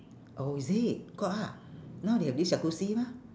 oh is it got ah now they have this jacuzzi mah